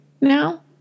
now